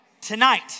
tonight